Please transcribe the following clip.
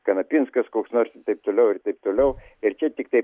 kanapinskas koks nors taip toliau ir taip toliau ir čia tiktai